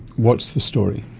what's the story?